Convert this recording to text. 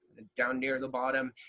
down near the bottom,